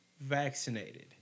vaccinated